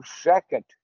second